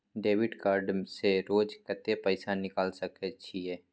Debit card से रोज कत्ते पैसा निकाल सके छिये?